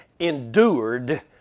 endured